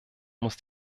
muss